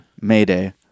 Mayday